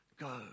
go